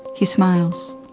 he smiles.